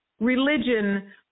religion